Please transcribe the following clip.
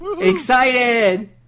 Excited